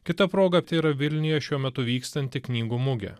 kita proga tai yra vilniuje šiuo metu vykstanti knygų mugė